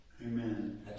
Amen